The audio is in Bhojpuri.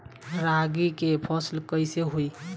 रागी के फसल कईसे होई?